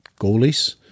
goalies